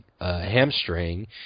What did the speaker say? hamstring